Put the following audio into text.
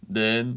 then